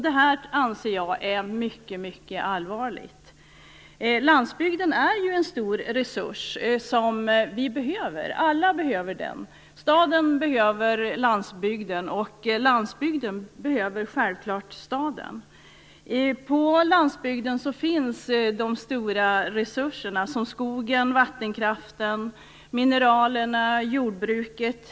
Det anser jag är mycket allvarligt. Landsbygden är ju en stor resurs som vi alla behöver. Staden behöver landsbygden, och landsbygden behöver självfallet staden. På landsbygden finns de stora resurserna som skogen, vattenkraften, mineralerna och jordbruket.